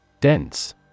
Dense